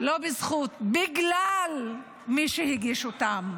לא בזכות, בגלל מי שהגיש אותן.